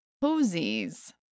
posies